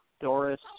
Doris